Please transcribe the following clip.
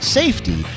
safety